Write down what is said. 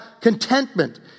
contentment